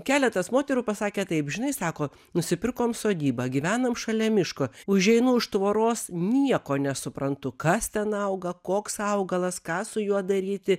keletas moterų pasakė taip žinai sako nusipirkom sodybą gyvenam šalia miško užeinu už tvoros nieko nesuprantu kas ten auga koks augalas ką su juo daryti